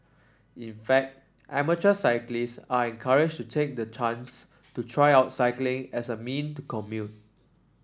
in fact amateur cyclist are encouraged to take the chance to try out cycling as a mean of commute